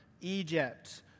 Egypt